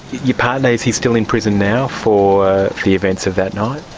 your partner, is he still in prison now for the events of that night?